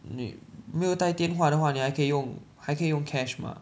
你没有带电话的话你还可以用还可以用 cash mah